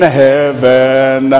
heaven